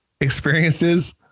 experiences